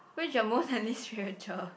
which your most spiritual